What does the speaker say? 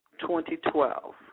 2012